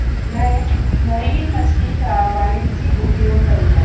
मैं मरीन मछली का वाणिज्यिक उपयोग करूंगा